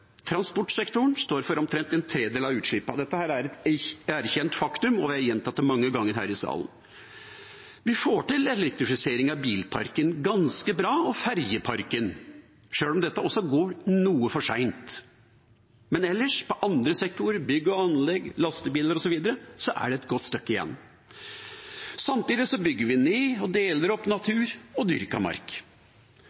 Transportsektoren står for omtrent en tredel av utslippene. Dette er et erkjent faktum, og vi har gjentatt det mange ganger her i salen. Vi får til elektrifisering av bilparken ganske bra, og også ferjeparken, selv om dette går noe for sent. Men ellers, i andre sektorer som bygg og anlegg, for lastebiler osv., er det et godt stykke igjen. Samtidig bygger vi ned og deler opp